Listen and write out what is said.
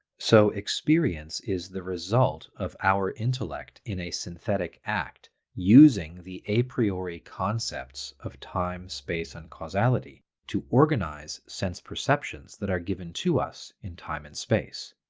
so experience is the result of our intellect in a synthetic act using the a priori concepts of time, space, and causality to organize sense perceptions that are given to us in time and space.